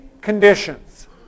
conditions